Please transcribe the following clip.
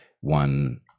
one